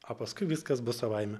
o paskui viskas bus savaime